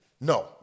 no